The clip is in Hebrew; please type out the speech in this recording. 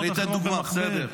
יש דוגמאות אחרות למכביר.